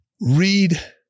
read